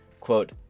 Quote